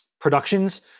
productions